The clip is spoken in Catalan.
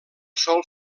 sol